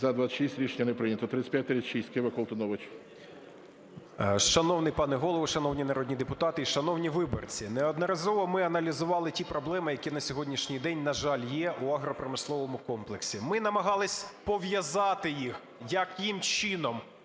За-26 Рішення не прийнято. 3536. Кива, Колтунович. 20:56:17 КОЛТУНОВИЧ О.С. Шановний пане Голово, шановні народні депутати, шановні виборці! Неодноразово ми аналізували ті проблеми, які на сьогоднішній день, на жаль, є у агропромисловому комплексі. Ми намагались пов'язати їх, яким чином